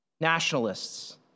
Nationalists